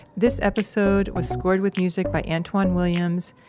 this episode was scored with music by antwan williams,